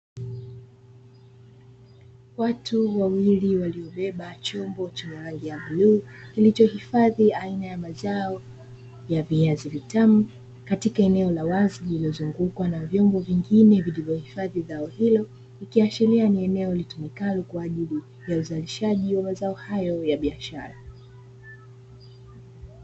Watu wawili waliobeba chombo chenye rangi ya bluu, kilichohifadhi aina ya mazao ya viazi vitamu katika eneo lililozungukwa na vyombo vingine vilivyohifadhi zao hilo, ikiashiria ni eneo litumikalo kwa ajili ya uzalishaji wa mazao hayo ya biashara.